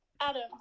Adam